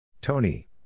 Tony